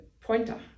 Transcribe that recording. pointer